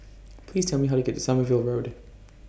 Please Tell Me How to get to Sommerville Road